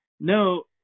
No